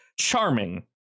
charming